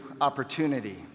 opportunity